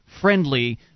friendly